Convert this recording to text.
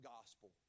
gospel